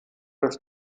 des